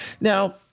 now